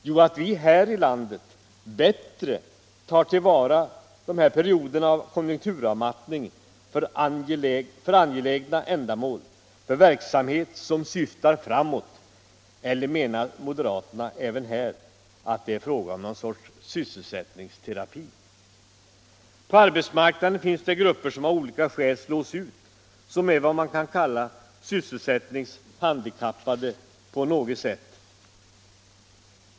Jo, att vi här i landet bättre tar till vara dessa perioder av konjunkturavmattningar för angelägna ändamål — för verksamhet som syftar framåt. Menar moderaterna även här att det är fråga om någon sorts sysselsättningsterapi? På arbetsmarknaden finns det grupper som av olika skäl slås ut, som är vad man kan kalla sysselsättningshandikappade på något sätt.